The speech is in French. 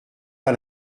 pas